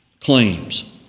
claims